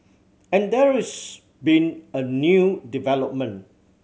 and there is been a new development